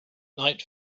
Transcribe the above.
night